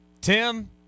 Tim